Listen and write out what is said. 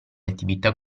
attività